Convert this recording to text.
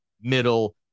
middle